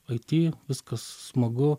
it viskas smagu